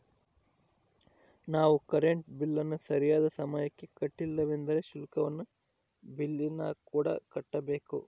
ನಾವು ಕರೆಂಟ್ ಬಿಲ್ಲನ್ನು ಸರಿಯಾದ ಸಮಯಕ್ಕೆ ಕಟ್ಟಲಿಲ್ಲವೆಂದರೆ ಶುಲ್ಕವನ್ನು ಬಿಲ್ಲಿನಕೂಡ ಕಟ್ಟಬೇಕು